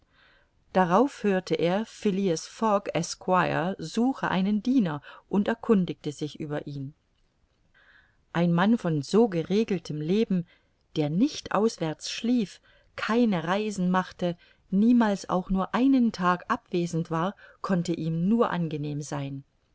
darauf hörte er phileas fogg sq suche einen diener und erkundigte sich über ihn ein mann von so geregeltem leben der nicht auswärts schlief keine reisen machte niemals auch nur einen tag abwesend war konnte ihm nur angenehm sein